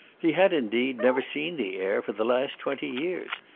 he had, indeed, never seen the heir for the last twenty years,